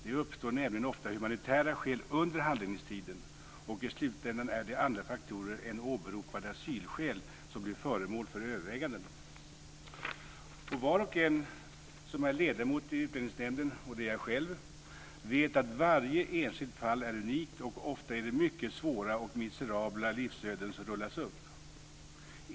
Det uppstår nämligen ofta humanitära skäl under handläggningstiden, och i slutändan är det andra faktorer än åberopade asylskäl som blir föremål för överväganden. Var och en som är ledamot i Utlänningsnämnden, och det är jag själv, vet att varje enskilt fall är unikt. Ofta är det mycket svåra och miserabla livsöden som rullas upp.